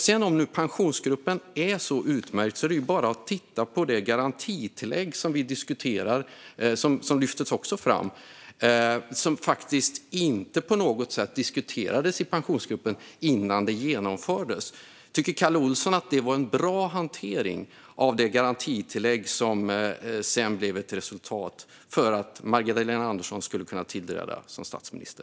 Om man nu tycker att Pensionsgruppen är så utmärkt kan man titta på det garantitillägg som vi diskuterar och som också lyftes fram. Det diskuterades faktiskt inte på något sätt i Pensionsgruppen innan det genomfördes. Tycker Kalle Olsson att det var en bra hantering av det garantitillägg som blev resultatet för att Magdalena Andersson skulle kunna tillträda som statsminister?